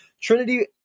Trinity